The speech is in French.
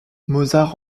mozart